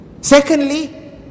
Secondly